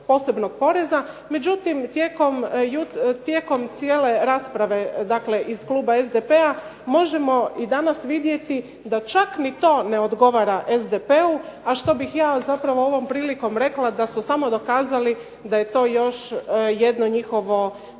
posebnog poreza. Međutim, tijekom cijele rasprave, dakle iz kluba SDP-a, možemo i danas vidjeti da čak ni to ne odgovara SDP-u, a što bih ja zapravo ovom prilikom rekla da su samo dokazali da je to još jedno njihovo